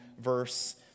verse